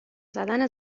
زدن